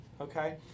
Okay